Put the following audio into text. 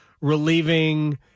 relieving